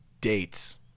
dates